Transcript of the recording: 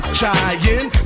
trying